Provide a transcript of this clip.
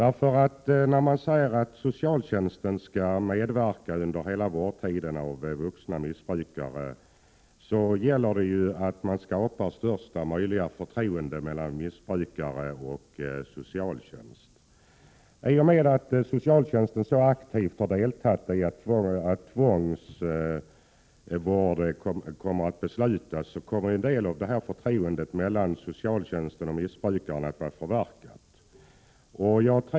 Om socialtjänsten skall medverka under hela vårdtiden för vuxna missbrukare gäller det att man skapar största möjliga förtroende mellan missbrukare och socialtjänst. I och med att socialtjänsten så aktivt bidrar till beslut om tvångsvård, kommer en del av förtroendet mellan socialtjänsten och missbrukarna att förverkas.